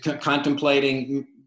contemplating